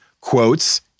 quotes